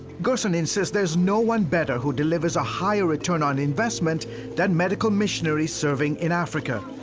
gersen insists there is no one better who delivers a higher return on investment than medical missionaries serving in africa.